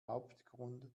hauptgrund